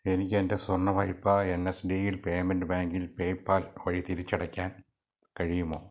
എനിക്ക് എൻ്റെ സ്വർണ്ണ വായ്പ N S D L payment ബാങ്കിൽ പേയ്പാൽ വഴി തിരിച്ചടയ്ക്കാൻ കഴിയുമോ